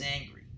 Angry